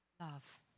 love